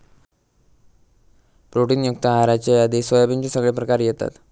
protein युक्त आहाराच्या यादीत सोयाबीनचे सगळे प्रकार येतत